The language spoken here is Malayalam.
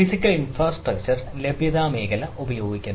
ഫിസിക്കൽ ഇൻഫ്രാസ്ട്രക്ചർ ലഭ്യത മേഖല ഉപയോഗിക്കുന്നു